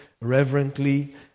reverently